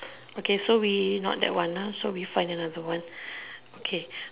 okay so we find another one okay